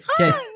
Okay